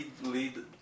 lead